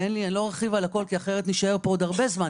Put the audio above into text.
לא ארחיב על הכול כי זה הרבה זמן.